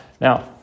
Now